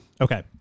Okay